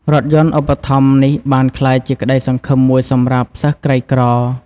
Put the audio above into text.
រថយន្តឧបត្ថម្ភនេះបានក្លាយជាក្តីសង្ឃឹមមួយសម្រាប់សិស្សក្រីក្រ។